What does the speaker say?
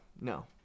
no